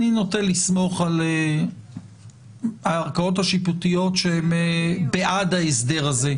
אני נוטה לסמוך על הערכאות השיפוטיות שהם בעד ההסדר הזה.